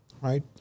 right